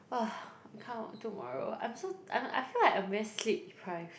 !wah! I can't work tomorrow I'm so I I feel like I'm very sleep deprived